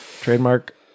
Trademark